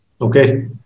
Okay